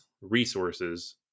resources